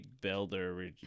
Builder